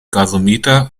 gasometer